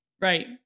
right